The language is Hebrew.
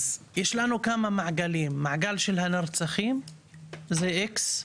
יש לנו כמה מעגלים, מעגל של הנרצחים זה X,